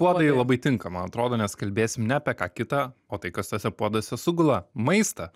puodai labai tinka man atrodo nes kalbėsim ne apie ką kitą o tai kas tuose puoduose sugula maistą